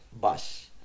bus